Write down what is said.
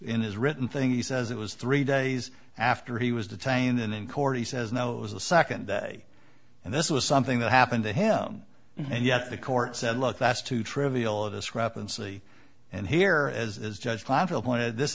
in his written thing he says it was three days after he was detained and in court he says no it was the second day and this was something that happened to him and yet the court said look that's too trivial a discrepancy and here as judge platteville pointed this